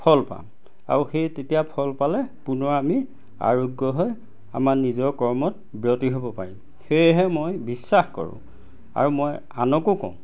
ফল পাম আৰু সেই তেতিয়া ফল পালে পুনৰ আমি আৰোগ্য হৈ আমাৰ নিজৰ কৰ্মত ব্ৰতী হ'ব পাৰিম সেয়েহে মই বিশ্বাস কৰোঁ আৰু মই আনকো কওঁ